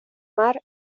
mar